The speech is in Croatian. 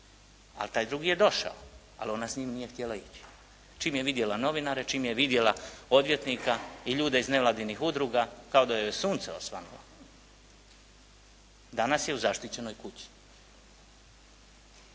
A taj drugi je došao, ali ona s njim nije htjela ići. Čim je vidjela novinare, čim je vidjela odvjetnika i ljude iz nevladinih udruga kao da joj je sunce osvanulo. Danas je u zaštićenoj kući.